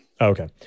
okay